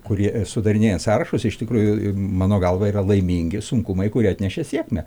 kurie sudarinėja sąrašus iš tikrųjų mano galva yra laimingi sunkumai kurie atnešė sėkmę